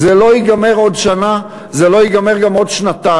זה לא ייגמר עוד שנה, זה לא ייגמר גם עוד שנתיים.